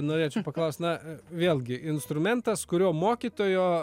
norėčiau paklaust na vėlgi instrumentas kurio mokytojo